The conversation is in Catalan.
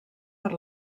per